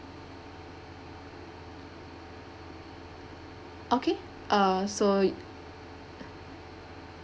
okay uh so